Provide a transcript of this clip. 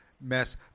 mess